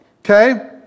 okay